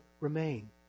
remain